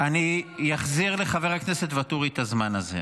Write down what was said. אני אחזיר לחבר הכנסת ואטורי את הזמן הזה,